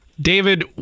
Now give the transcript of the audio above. David